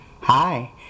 Hi